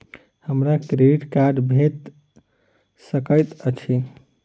हमरा credit card भेट सकैत अछि?